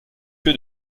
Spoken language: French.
lieu